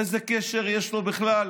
איזה קשר יש לו בכלל